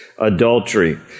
Adultery